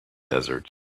desert